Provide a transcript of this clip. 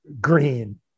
green